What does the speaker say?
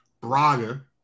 Braga